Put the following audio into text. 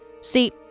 See